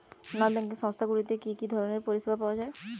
নন banking সংস্থা গুলিতে কি কি ধরনের পরিসেবা পাওয়া য়ায়?